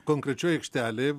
konkrečioj aikštelėj